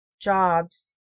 jobs